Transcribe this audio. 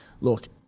look